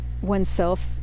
oneself